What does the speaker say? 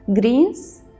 greens